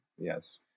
Yes